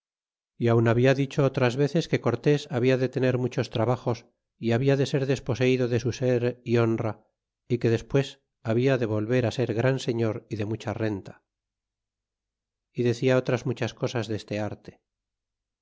y aun habia dicho otras veces que cortés habia de tener muchos trabajos y había de ser desposeido de su ser y honra y que despues habia de volver ser gran señor y de mucha renta y decía otras muchas cosas deste arte